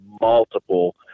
multiple